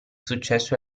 successo